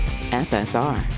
FSR